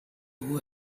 who